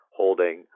holding